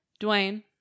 Dwayne